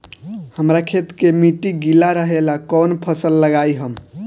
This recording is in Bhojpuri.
हमरा खेत के मिट्टी गीला रहेला कवन फसल लगाई हम?